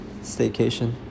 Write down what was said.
staycation